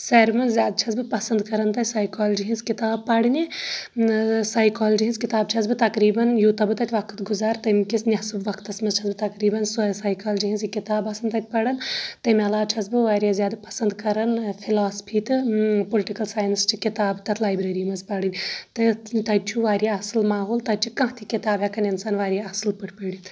ساروٕے منٛز زیٛادٕ چھس بہٕ پسنٛد کران تَتہِ سایکالجی ۂنٛز کتابہٕ زیٛادٕ پرنہِ سایکالجی ۂنٛز کِتابہٕ چھس بہٕ تقریٖبن یوٗتاہ بہٕ تَتہِ وقت گُزارٕ تَمہِ کِس نٮ۪صٕف وقتس منٛز چھس بہٕ تقریٖبن سۄے سایکالجی ۂنٛز کِتاب آسان پران تَمہِ علاوٕ چھس بہٕ واریاہ زیٛادٕ پسنٛد کران فِلاسفی تہٕ پُلٹِکل ساینسچہِ کِتاب تَتھ لایبریری منٛز پرٕنۍ تہٕ تَتہِ چُھ واریاہ اَصل ماحول تَتہِ چھ کانٛہہ تَتہِ چھ کانٛہہ تہِ کِتاب ہٮ۪کان اِنسان واریاہ اَصل پأٹھۍ پٔرِتھ